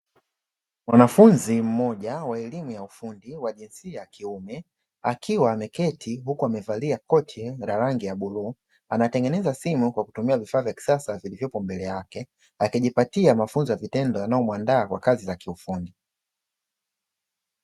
Mwanafunzi mmoja wa elimu ya ufundi wa jinsia ya kiume akiwa ameketi huku amevalia koti la rangi ya bluu, akitengeneza simu kwa kutumia vifaa vya kisasa vilivyopo mbele yake, akijipatia mafunzo ya vitendo yanayomuandaa kwa kazi za kiufundi.